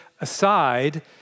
aside